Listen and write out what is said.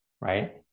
right